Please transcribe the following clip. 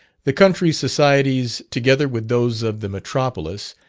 the country societies, together with those of the metropolis,